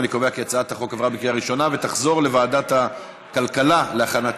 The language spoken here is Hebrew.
אני קובע כי הצעת החוק עברה בקריאה ראשונה ותחזור לוועדת הכלכלה להכנתה,